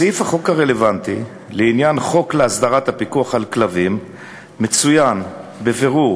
בסעיף החוק הרלוונטי לעניין בחוק להסדרת הפיקוח על כלבים מצוין בבירור